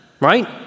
right